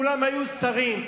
כולם היו שרים,